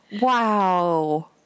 Wow